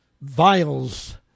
vials